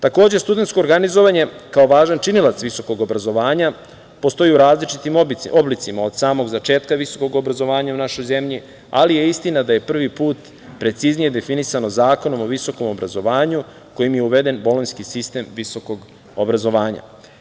Takođe, studentsko organizovanje, kao važan činilac visokog obrazovanja postoji u različitim oblicima, od samog začetka visokog obrazovanja u našoj zemlji, ali je istina da je prvi put preciznije definisano Zakonom o visokom obrazovanju kojim je uveden bolonjski sistem visokog obrazovanja.